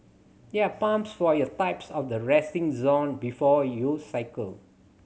there are pumps for your types of the resting zone before you cycle